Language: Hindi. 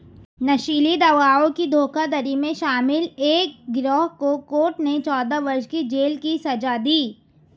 नशीली दवाओं की धोखाधड़ी में शामिल एक गिरोह को कोर्ट ने चौदह वर्ष की जेल की सज़ा दी